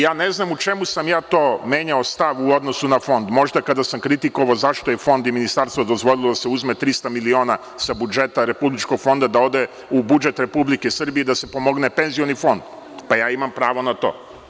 Ja ne znam u čemu sam ja to menjao stav u odnosu na Fond, možda kada sam kritikovao zašto su Fond i Ministarstvo dozvolili da se uzme 300 miliona sa budžeta Republičkog fonda da ode u budžet Republike Srbije i da se pomogne Penzioni fond, pa ja imam pravo na to.